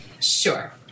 Sure